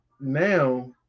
now